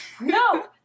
No